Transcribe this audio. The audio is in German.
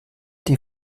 die